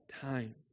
time